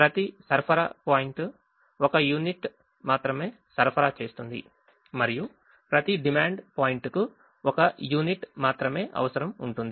ప్రతి సరఫరా point 1 unit మాత్రమే సరఫరా చేస్తుంది మరియు ప్రతి డిమాండ్ పాయింట్కు 1 యూనిట్ మాత్రమే అవసరం ఉంటుంది